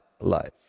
life